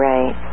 Right